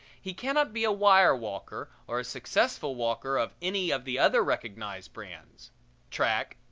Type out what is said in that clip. he cannot be a wire-walker or a successful walker of any of the other recognized brands track,